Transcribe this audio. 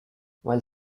while